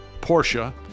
Porsche